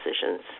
decisions